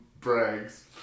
brags